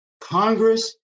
Congress